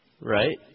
Right